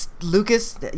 Lucas